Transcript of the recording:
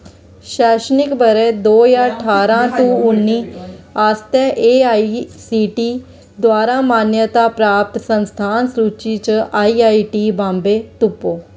शैक्षणिक ब'रे दो ज्हार ठारां टू उन्नी आस्तै एआईसीटीई द्वारा मान्यता प्राप्त संस्थान सूची च आईआईटी बाम्बे तुप्पो